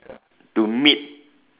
to meet